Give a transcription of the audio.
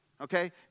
okay